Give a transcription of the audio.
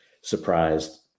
surprised